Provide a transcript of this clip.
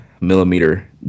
millimeter